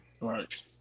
Right